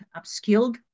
upskilled